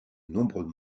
nombreux